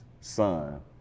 son